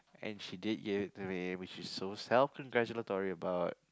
and she did give it to me which is so self congratulatory about